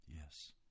Yes